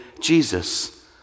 Jesus